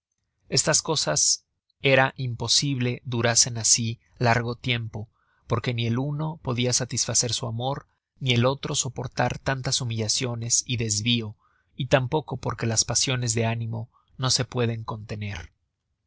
estas cosas era imposible durasen asi largo tiempo porque ni el uno podia satisfacer su amor ni el otro soportar tantas humillaciones y desvío y tampoco porque las pasiones de ánimo no se pueden contener